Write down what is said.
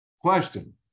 Question